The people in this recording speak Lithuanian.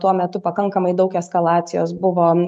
tuo metu pakankamai daug eskalacijos buvo